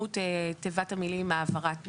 משמעות תיבת המילים, העברת נכס,